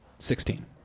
Sixteen